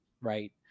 right